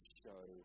show